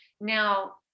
Now